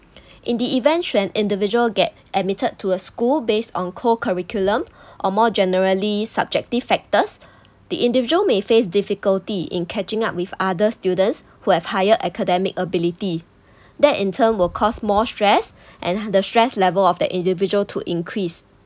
in the event when individual get admitted to a school based on co-curriculum or more generally subjective factors the individual may face difficulty in catching up with other students who have higher academic ability that in turn will cause more stress and the stress level of the individual to increase